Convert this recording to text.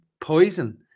poison